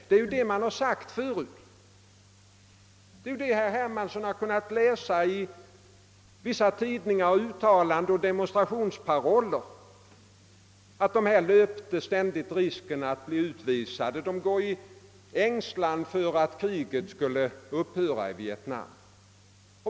Herr Hermansson har kunnat läsa i vissa tidningar, uttalanden och demonstrationsparoller att de amerikanska desertörerna ständigt löper risk att bli utvisade; de går i ängslan för att kriget skall upphöra i Vietnam.